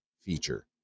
feature